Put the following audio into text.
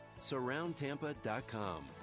Surroundtampa.com